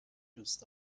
دوست